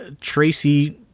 Tracy